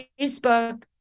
Facebook